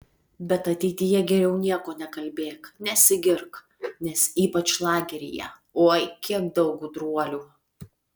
bet ateityje geriau nieko nekalbėk nesigirk nes ypač lageryje oi kiek daug gudruolių